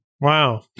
wow